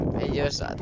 Ellos